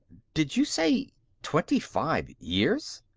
did you say twenty-five years?